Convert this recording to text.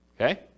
okay